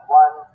one